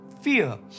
fear